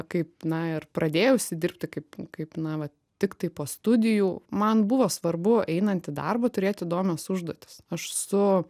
kaip na ir pradėjusi dirbti kaip kaip na vat tiktai po studijų man buvo svarbu einant į darbą turėti įdomias užduotis aš su